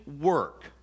work